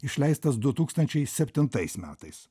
išleistas du tūkstančiai septintais metais